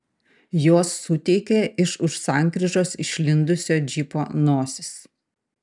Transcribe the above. jos suteikė iš už sankryžos išlindusio džipo nosis